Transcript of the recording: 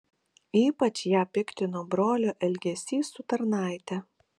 ypač ją piktino brolio elgesys su tarnaite